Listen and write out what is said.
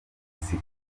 isi